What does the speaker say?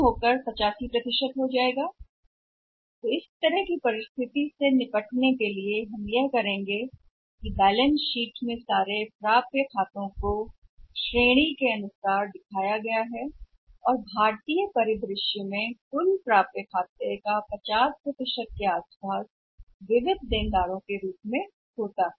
तो बस जानने के लिए यह स्थिति या यह एक विशेष स्थिति इस विशेष स्थिति से निपटने के लिए कि हम क्या करते हैं बैलेंस शीट में दिखाए जाने वाले सभी खातों को प्राप्य श्रेणी के अनुसार और में दिखाया गया है कुल खातों में से भारतीय परिदृश्य में भारतीय खाते में प्राप्य खाते 50 के आसपास 50 प्राप्य है क्योंकि ऋणी ऋणी हैं